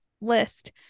list